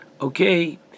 okay